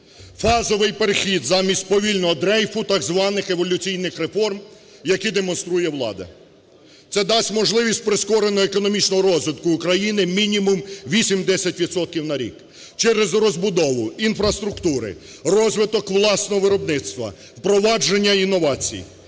фазовий перехід замість повільного дрейфу так званих еволюційних реформ, які демонструє влада, – це дасть можливість прискореного економічного розвитку України, мінімум, 8-10 відсотків на рік. Через розбудову, інфраструктури, розвиток власного виробництва, впровадження інновацій,